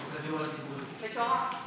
מטורף.